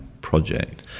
project